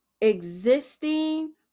existing